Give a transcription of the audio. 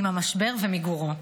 עם המשבר ומיגורו,